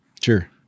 Sure